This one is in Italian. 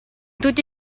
tutti